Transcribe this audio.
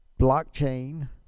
blockchain